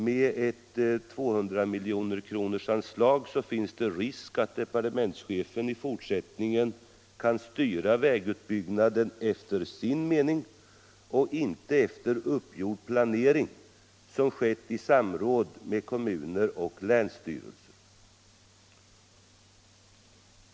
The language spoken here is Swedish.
Med ett anslag på 200 milj.kr. finns det risk att departementschefen i fortsättningen kan styra vägutbyggnaden efter sin mening och inte efter gjord planering i samråd med kommuner och länsstyrelser.